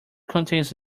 contains